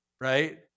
Right